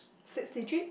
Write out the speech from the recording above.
sixty three